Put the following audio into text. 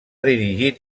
dirigit